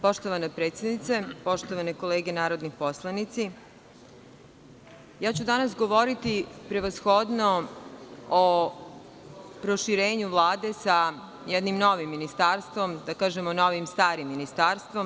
Poštovana predsednice, poštovani narodni poslanici, danas ću govoriti, prevashodno o proširenju Vlade, sa jednim novim ministarstvom, da kažemo novim starim ministarstvom.